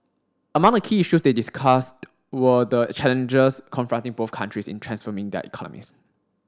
among the key issues they discussed were the challenges confronting both countries in transforming their economies